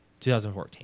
2014